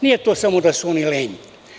Nije to samo da su oni lenji.